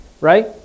right